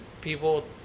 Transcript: people